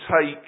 take